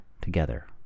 together